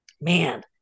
Man